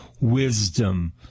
wisdom